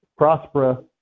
Prospera